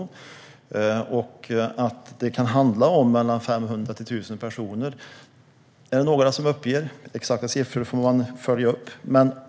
Några uppger att det kan handla om 500-1 000 personer, men exakta siffror får man följa upp.